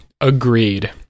agreed